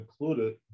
included